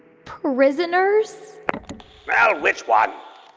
prisoners well, which one?